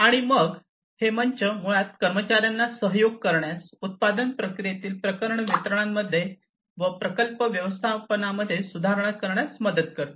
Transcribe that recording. आणि मग हे मंच मुळात कर्मचार्यांना सहयोग करण्यास उत्पादन प्रक्रियेतील प्रकल्प वितरणामध्ये व प्रकल्प व्यवस्थापनामध्ये सुधारणा करण्यास मदत करते